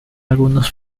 algunos